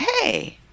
hey